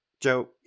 Joe